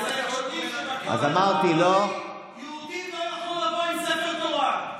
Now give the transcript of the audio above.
זכותו, יהודים לא יוכלו לבוא עם ספר תורה.